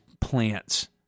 plants